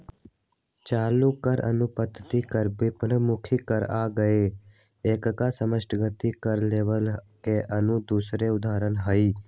चालू कर, अनुपातिक कर, विपरितमुखी कर आ एगो एकक समष्टिगत कर लेबल के आन दोसर उदाहरण हइ